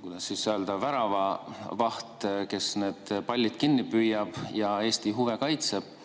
kuidas siis öelda, hea väravavaht, kes need pallid kinni püüab ja Eesti huve kaitseb.